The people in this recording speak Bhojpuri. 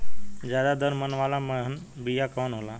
ज्यादा दर मन वाला महीन बिया कवन होला?